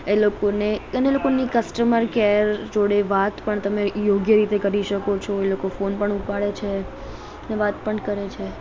એ લોકોને અને લોકો ને કસ્ટમર કેર જોડે વાત પણ તમે યોગ્ય રીતે કરી શકો છો એ લોકો ફોન પણ ઉપાડે છે ને વાત પણ કરે છે